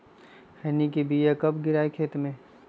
खैनी के बिया कब गिराइये खेत मे?